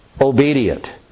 obedient